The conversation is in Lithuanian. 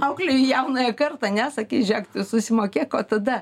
auklėju jaunąją kartą ne sakys žėk tu susimokėk o tada